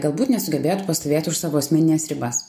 galbūt nesugebėjot pastovėt už savo asmenines ribas